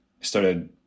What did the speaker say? started